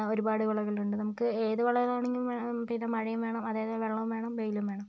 ഒരുപാട് വിളകളുണ്ട് നമുക്ക് ഏത് വിളകളാണെങ്കിലും പിന്നെ മഴയും വേണം അതായത് വെള്ളവും വേണം വെയിലും വേണം